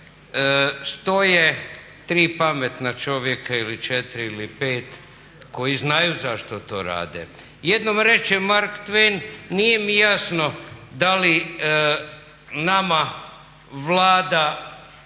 konfuzije stoje tri pametna čovjeka ili četiri ili pet koji znaju zašto to rade. Jednom reče Mark Twain nije mi jasno da li nama vlada